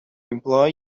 employ